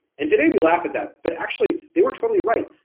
and today we laugh at that, but actually they were totally right.